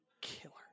killer